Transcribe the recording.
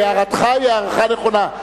הערתך היא הערה נכונה.